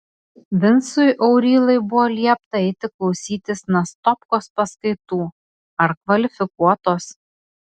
vincui aurylai buvo liepta eiti klausytis nastopkos paskaitų ar kvalifikuotos